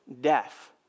death